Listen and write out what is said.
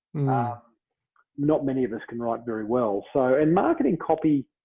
ah not many of us can write very well. so in marketing copy,